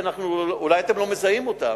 אולי אתם לא מזהים אותם.